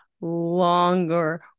longer